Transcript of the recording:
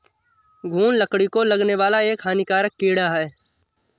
घून लकड़ी को लगने वाला एक हानिकारक कीड़ा है